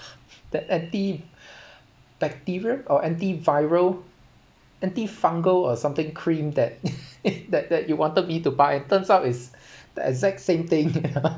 that anti bacteria or antiviral antifungal or something cream that that that you wanted me to buy turns out it's the exact same thing